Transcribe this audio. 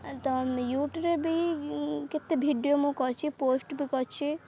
ତ ୟୁଟ୍ୟୁବରେ ବି କେତେ ଭିଡ଼ିଓ ମୁଁ କରିଛି ପୋଷ୍ଟ ବି କରିଛି